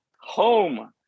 Home